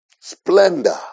Splendor